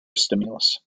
stimulus